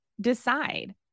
decide